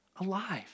alive